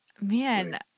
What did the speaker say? Man